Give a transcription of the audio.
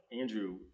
Andrew